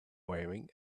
wearing